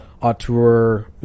auteur